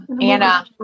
Anna